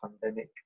pandemic